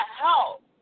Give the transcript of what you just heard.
help